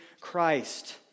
Christ